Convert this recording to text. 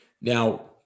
Now